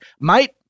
Mate